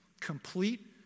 Complete